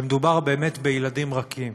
ומדובר באמת בילדים רכים.